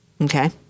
Okay